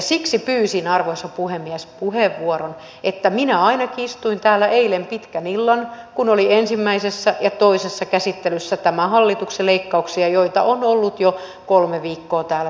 siksi pyysin arvoisa puhemies puheenvuoron että minä ainakin istuin täällä eilen pitkän illan kun oli ensimmäisessä ja toisessa käsittelyssä tämän hallituksen leikkauksia joita on ollut jo suurin piirtein kolme viikkoa täällä käsittelyssä